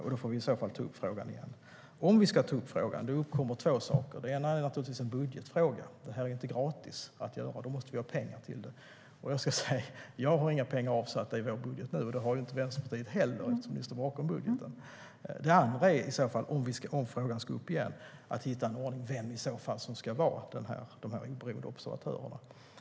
I så fall får vi ta upp frågan igen. Om vi ska ta upp frågan uppkommer två saker. Den ena är naturligtvis en budgetfråga; det här är inte gratis att göra, och då måste vi ha pengar till det. Jag ska säga att jag inte har några pengar avsatta i vår budget nu, och det har inte Vänsterpartiet heller eftersom ni står bakom budgeten. Den andra saken är att hitta vem som i så fall ska vara oberoende observatörer.